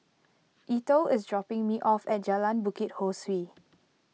Eithel is dropping me off at Jalan Bukit Ho Swee